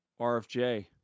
rfj